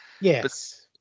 yes